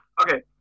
Okay